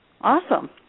Awesome